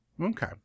Okay